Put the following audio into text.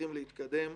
צריכים להתקדם.